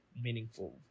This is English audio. meaningful